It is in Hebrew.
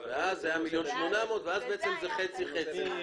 ואז זה חצי חצי.